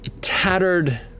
tattered